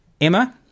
Emma